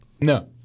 No